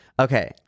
okay